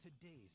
today's